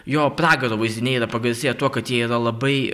jo pragaro vaizdiniai yra pagarsėję tuo kad jie yra labai